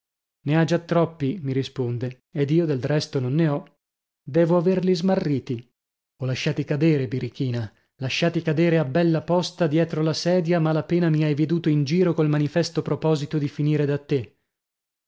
ne ha già troppi mi risponde ed io del resto non ne ho devo averli smarriti o lasciati cadere birichina lasciati cadere a bella posta dietro la sedia a mala pena mi hai veduto in giro col manifesto proposito di finire da te